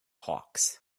hawks